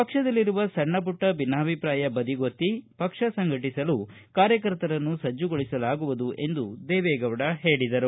ಪಕ್ಷದಲ್ಲಿರುವ ಸಣ್ಣಪುಟ್ಟ ಭಿನ್ನಾಭಿಷ್ರಾಯ ಬದಿಗೊತ್ತಿ ಪಕ್ಷ ಸಂಘಟಿಸಲು ಕಾರ್ಯಕರ್ತರನ್ನು ಸಜ್ಜಗೊಳಿಸಲಾಗುವುದು ಎಂದು ದೇವೆಗೌಡ ಹೇಳಿದರು